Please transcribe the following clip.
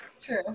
True